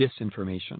disinformation